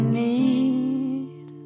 need